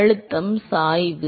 அழுத்தம் சாய்வு